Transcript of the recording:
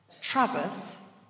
Travis